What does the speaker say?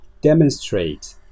Demonstrate